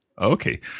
Okay